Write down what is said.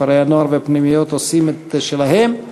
כפרי-הנוער והפנימיות עושים את שלהם.